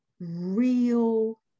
real